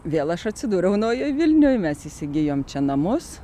vėl aš atsidūriau naujoj vilnioj mes įsigijom čia namus